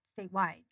statewide